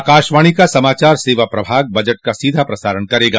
आकाशवाणी का समाचार सेवा प्रभाग बजट का सीधा प्रसारण करेगा